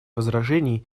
возражений